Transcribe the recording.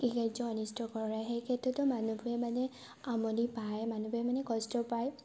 কৃষি কাৰ্য অনিষ্ট কৰে সেই ক্ষেত্ৰতো মানুহবোৰে মানে আমনি পায় মানুহবোৰে মানে কষ্ট পায়